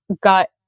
got